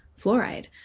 fluoride